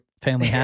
family